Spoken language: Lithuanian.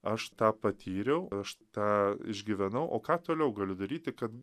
aš tą patyriau aš tą išgyvenau o ką toliau galiu daryti ka